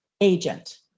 agent